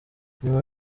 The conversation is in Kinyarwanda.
nyuma